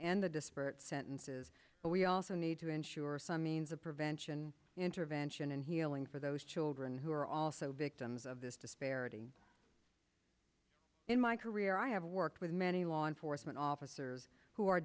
end the disparate sentences but we also need to ensure some means of prevention intervention and healing for those children who are also victims of this disparity in my career i have worked with many law enforcement officers who are